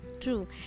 true